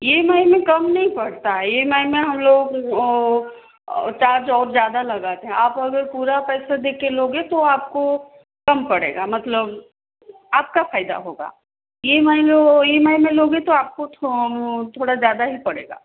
E M I में कम नहीं पड़ता है ई एम आई में हम लोग वो चार्ज और ज़्यादा लगाते हैं आप अगर पूरा पैसा दे कर लोगे तो आपको कम पड़ेगा मतलब आपका फ़ायदा होगा ई एम आई लो ई एम आई में लोगे तो आपको थो थोड़ा ज़्यादा ही पड़ेगा